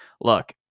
look